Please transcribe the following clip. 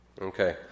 Okay